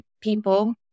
people